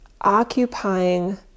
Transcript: Occupying